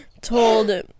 told